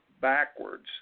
backwards